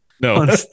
No